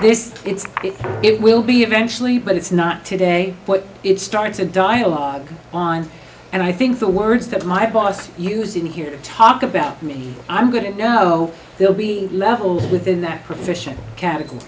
this it's it will be eventually but it's not today what it starts a dialogue on and i think the words that my boss used in here talk about me i'm going to know they'll be level within that profession category